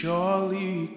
Surely